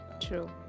True